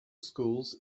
schools